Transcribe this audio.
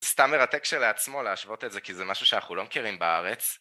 סתם מרתק כשלעצמו להשוות את זה כי זה משהו שאנחנו לא מכירים בארץ